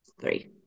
three